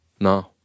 No